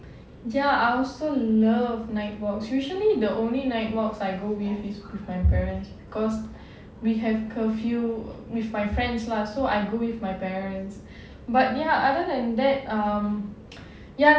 ya I also love night walks usually the only night walks I go with is with my parents because we have curfew with my friends lah so I go with my parents but ya other than that um ya during chinese ghost month we don't usually go for night walks ya